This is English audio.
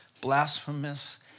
blasphemous